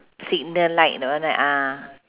signal light you know that ah